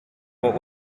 what